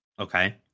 Okay